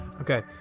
Okay